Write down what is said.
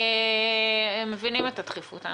הם מבינים את הדחיפות.